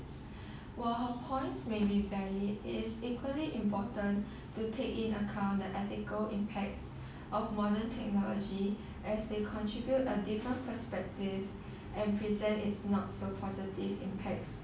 while her points maybe valid it is equally important to take in account the ethical impacts of modern technology as they contribute a different perspective and present its not so positive impact